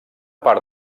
part